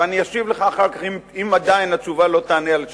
ואני אשיב לך אחר כך אם עדיין התשובה לא תענה על שאלותיך.